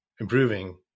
improving